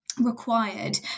required